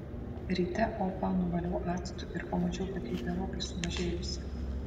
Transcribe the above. ryte opą nuvaliau actu ir pamačiau kad ji gerokai sumažėjusi